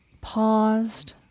paused